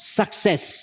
success